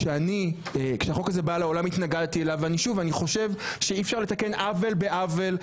שוב, אני חושב שאי אפשר לתקן עוול בעוול.